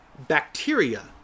bacteria